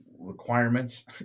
requirements